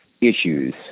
issues